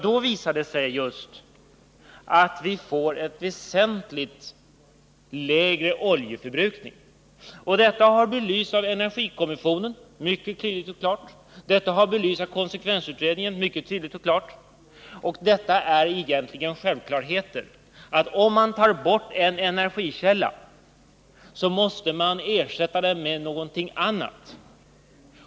Då visar det sig just att vi får en väsentligt lägre oljeförbrukning. Detta har belysts av energikommissionen, mycket tydligt och klart, och det har belysts av konsekvensutredningen, mycket tydligt och klart. Och detta är egentligen självklarheter: Om man tar bort en energikälla måste man ersätta den med någonting annat.